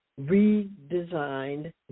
redesigned